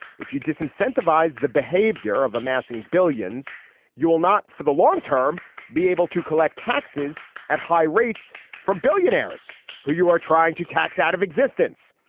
if you disincentive ize the behavior of amassing billions you will not for the long term be able to collect taxes at high rates from billionaires who you are trying to tax out of existence.